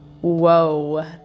Whoa